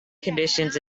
conditions